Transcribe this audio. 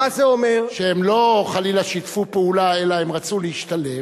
אלא הן רצו להשתלב,